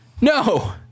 no